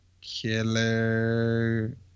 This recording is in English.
Killer